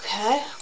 Okay